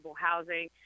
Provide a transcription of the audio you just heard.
housing